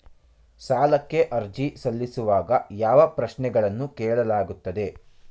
ಸಾಲಕ್ಕೆ ಅರ್ಜಿ ಸಲ್ಲಿಸುವಾಗ ಯಾವ ಪ್ರಶ್ನೆಗಳನ್ನು ಕೇಳಲಾಗುತ್ತದೆ?